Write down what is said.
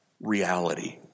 reality